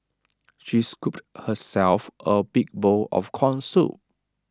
she scooped herself A big bowl of Corn Soup